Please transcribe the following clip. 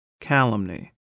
calumny